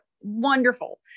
Wonderful